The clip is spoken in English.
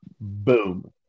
Boom